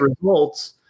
results